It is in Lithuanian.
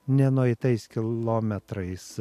ne nueitais kilometrais